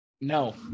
No